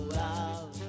love